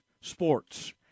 Sports